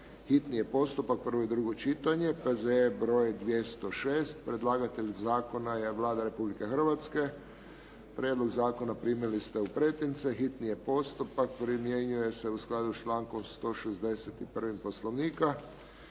hitni postupak, prvo i drugo čitanje, P.Z.E. br. 206.; Predlagatelj zakona je Vlada Republike Hrvatske. Prijedlog zakona primili ste u pretince, hitni je postupak, primjenjuje se u skladu sa člankom 161. Poslovnika.